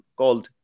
called